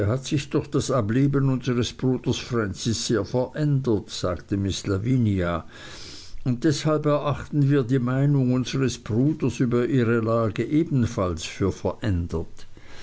hat sich durch das ableben unseres bruders francis sehr verändert sagte miß lavinia und deshalb erachten wir die meinung unseres bruders über ihre lage ebenfalls für verändert